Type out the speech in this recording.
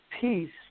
peace